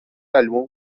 álbum